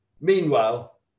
Meanwhile